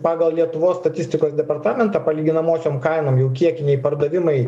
pagal lietuvos statistikos departamentą palyginamosiom kainom jau kiekiniai pardavimai